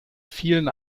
vielen